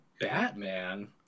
Batman